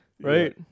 right